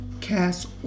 cast